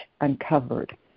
uncovered